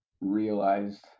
realized